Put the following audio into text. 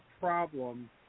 problem